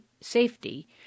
safety